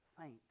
faint